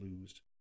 lose